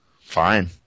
fine